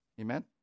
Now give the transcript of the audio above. Amen